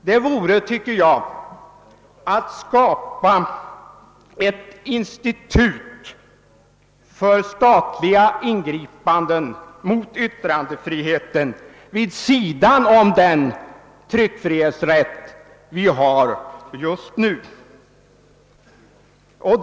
Det vore, tycker jag, att skapa ett institut för statliga ingripanden mot yttrandefriheten vid sidan om den tryckfrihetsrätt som vi nu har.